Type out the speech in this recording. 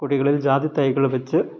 കുഴികളിൽ ജാതി തൈകള് വെച്ച്